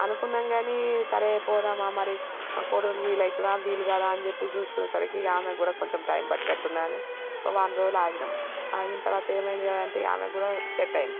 అనుకున్నాం కానీ సరే పోదామా మరి మా కొడలకి వీలు అవుతుందా వీలు కాదా అని చెప్పి చూసుకునే సరికి ఆమె కూడా కొంచెం టైం పట్టేట్టుందని ఓ వారం రోజులు ఆగాము ఆగిన తర్వాత ఏమైందిరా అంటే ఆమె కూడా సెట్ అయింది